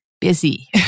busy